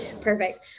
Perfect